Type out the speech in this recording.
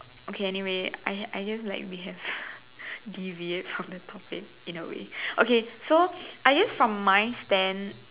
okay anyway I I guess like we have deviate from the topic in a way okay so I guess from my stand